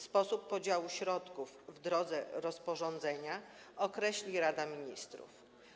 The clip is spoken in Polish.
Sposób podziału środków w drodze rozporządzenia określi Rada Ministrów.